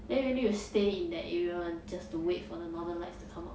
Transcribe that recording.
then you need to stay in that area [one] just to wait for the northern lights to come out